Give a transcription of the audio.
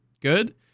good